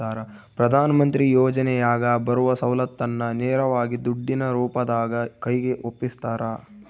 ಪ್ರಧಾನ ಮಂತ್ರಿ ಯೋಜನೆಯಾಗ ಬರುವ ಸೌಲತ್ತನ್ನ ನೇರವಾಗಿ ದುಡ್ಡಿನ ರೂಪದಾಗ ಕೈಗೆ ಒಪ್ಪಿಸ್ತಾರ?